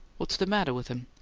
what's the matter with him?